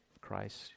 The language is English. Christ